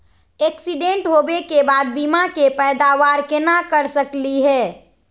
Accident होवे के बाद बीमा के पैदावार केना कर सकली हे?